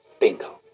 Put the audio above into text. Bingo